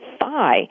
thigh